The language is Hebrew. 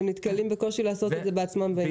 הם נתקלים בקושי לעשות את זה בעצמם.